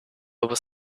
was